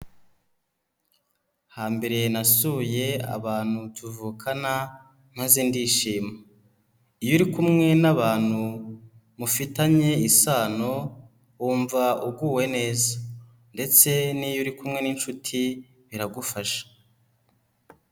Hambere nasuye abantu tuvukana, maze ndishima. Iyo uri kumwe n'abantu mufitanye isano wumva uguwe neza ndetse niyo uri kumwe n'inshuti iragufasha.